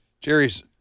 Jerry's